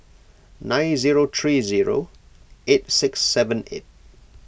nine zero three zero eight six seven eight